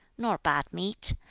nor bad meat,